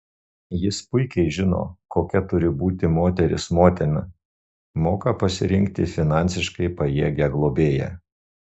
jis puikiai žino kokia turi būti moteris motina moka pasirinkti finansiškai pajėgią globėją